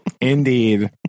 Indeed